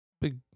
Big